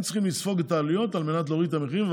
הם צריכים לספוג את העלויות על מנת להוריד את המחירים,